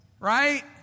Right